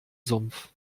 sumpf